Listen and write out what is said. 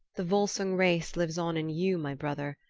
the volsung race lives on in you, my brother,